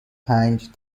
پنج